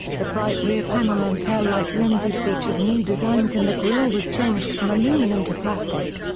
the bright rear panel and taillight lenses featured new designs and the grille was changed from aluminum to plastic.